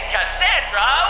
Cassandra